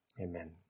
Amen